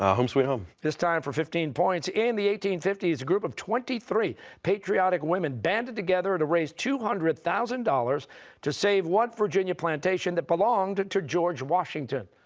ah home sweet home. costa this time for fifteen points. in the eighteen fifty s, a group of twenty three patriotic women banded together to raise two hundred thousand dollars to save what virginia plantation that belonged to george washington?